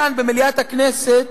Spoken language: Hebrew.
כאן במליאת הכנסת,